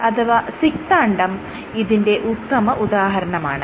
zygote അഥവാ സിക്താണ്ഡം ഇതിന്റെ ഉത്തമ ഉദാഹരണമാണ്